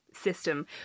system